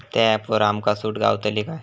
त्या ऍपवर आमका सूट गावतली काय?